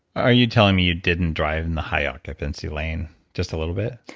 are you telling me you didn't drive in the high occupancy lane just a little bit?